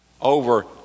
Over